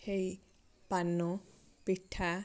ହେଇ ପାନ ପିଠା